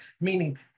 meaning